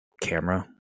camera